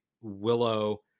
Willow